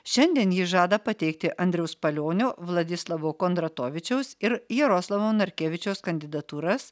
šiandien ji žada pateikti andriaus palionio vladislavo kondratovičiaus ir jaroslavo narkevičiaus kandidatūras